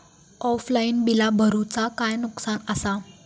Offline बिला भरूचा काय नुकसान आसा?